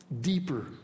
deeper